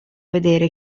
vedere